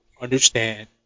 understand